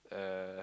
uh